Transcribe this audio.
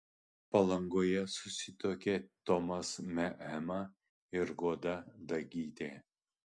palangoje susituokė tomas meema ir goda dagytė